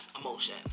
emotion